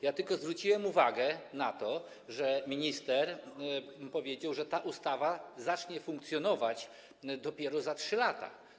Ja tylko zwróciłem uwagę na to, że minister powiedział, że ta ustawa zacznie funkcjonować dopiero za 3 lata.